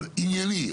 אבל, ענייני.